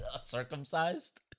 circumcised